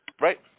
Right